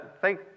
Thank